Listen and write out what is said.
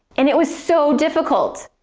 and it was so difficult!